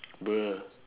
bruh